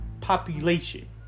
population